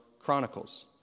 chronicles